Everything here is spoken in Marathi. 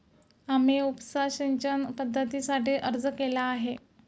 आम्ही उपसा सिंचन पद्धतीसाठी अर्ज केला आहे